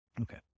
Okay